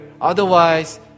otherwise